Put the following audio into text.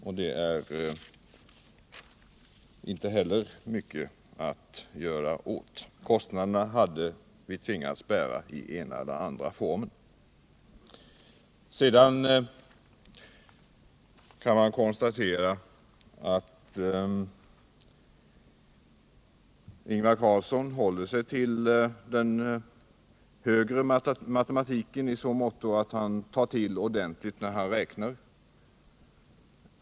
Och det är inte heller mycket att göra åt — kostnaderna hade vi tvingats bära i en eller annan form. Ingvar Carlsson håller sig till den högre matematiken i så måtto att han tar till ordentligt när han räknar.